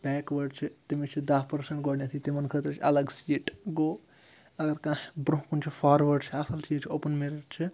backward چھِ تٔمِس چھِ دَہ پٔرسَنٛٹ گۄڈٕنٮ۪تھٕے تِمَن خٲطرٕ چھِ الگ سٕٹیٹ گوٚو اگر کانٛہہ برٛونٛہہ کُن چھُ فاروٲڈ چھِ اَصٕل چیٖز چھِ اوپُن میٚرِٹ چھِ